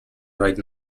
right